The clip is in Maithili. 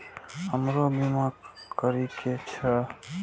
हमरो बीमा करीके छः?